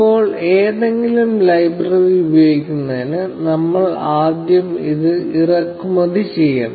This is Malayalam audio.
ഇപ്പോൾ ഏതെങ്കിലും ലൈബ്രറി ഉപയോഗിക്കുന്നതിന് നമ്മൾ ആദ്യം അത് ഇറക്കുമതി ചെയ്യണം